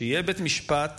שיהיה בית משפט